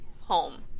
home